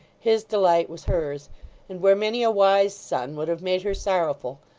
his delight was hers and where many a wise son would have made her sorrowful,